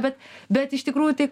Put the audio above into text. bet bet iš tikrųjų tai